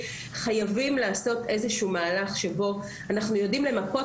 חייבים לעשות איזשהו מהלך שבו אנחנו יודעים למפות